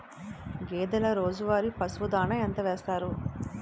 గేదెల రోజువారి పశువు దాణాఎంత వేస్తారు?